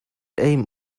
aim